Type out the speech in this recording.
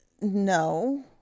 no